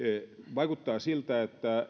vaikuttaa siltä että